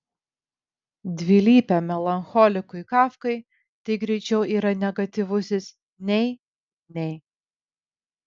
dvilypiam melancholikui kafkai tai greičiau yra negatyvusis nei nei